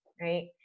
Right